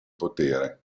potere